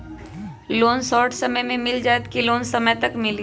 Loan short समय मे मिल जाएत कि लोन समय तक मिली?